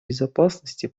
безопасности